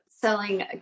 selling